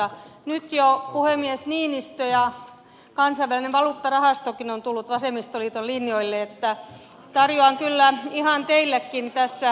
nyt jo puhemies niinistö ja kansainvälinen valuuttarahastokin ovat tulleet vasemmistoliiton linjoille ja tarjoan kyllä ihan teillekin tässä mahdollisuutta